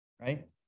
Right